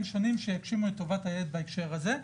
שונים שיגשימו את טובת הילד בהקשר הזה.